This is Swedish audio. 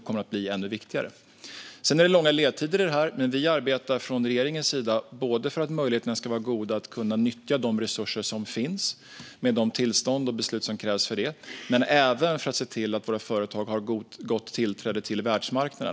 Sedan är det långa ledtider i det här, men vi arbetar från regeringens sida både för att möjligheterna ska vara goda att nyttja de resurser som finns med de tillstånd och beslut som krävs för det och för att se till att våra företag har gott tillträde till världsmarknaden.